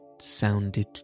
sounded